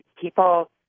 People